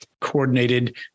coordinated